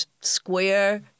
square